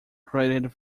graduated